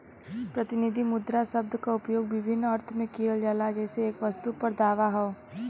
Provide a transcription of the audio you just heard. प्रतिनिधि मुद्रा शब्द क उपयोग विभिन्न अर्थ में किहल जाला जइसे एक वस्तु पर दावा हौ